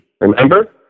remember